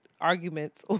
arguments